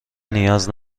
نیاز